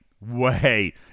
Wait